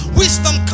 wisdom